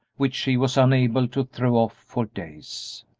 which she was unable to throw off for days.